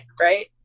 right